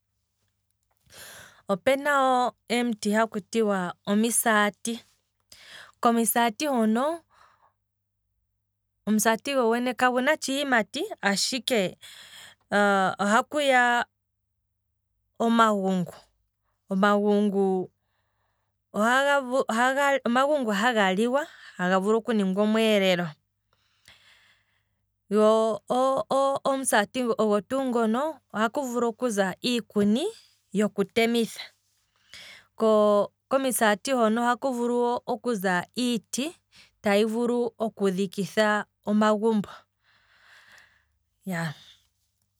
Opena wo em'ti haku tiwa omisaati, komisaati hono, omusati go gwene kagu na tshiyimati ashike ohaku oha kuya omagungu, omagungu otshiima hatshi liwa haga vulu okuningwa omweelelo, go omusati ogo tuu ngono, ohaku vulu okuza iikuni yoku temitha, ko komisati hono ohaku vulu okuza iiti, tayi vulu oku dhikitha omagumbo, iyaa